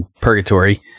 purgatory